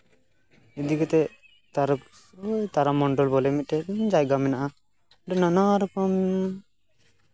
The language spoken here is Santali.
ᱤᱫᱤ ᱠᱟᱛᱮᱫ ᱛᱟᱨᱚᱠ ᱛᱟᱨᱟ ᱢᱚᱱᱰᱚᱞ ᱵᱚᱞᱮ ᱢᱤᱫᱴᱮᱡ ᱡᱟᱭᱜᱟ ᱢᱮᱱᱟᱜᱼᱟ ᱚᱸᱰᱮ ᱱᱟᱱᱟ ᱨᱚᱠᱚᱢ